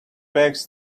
bags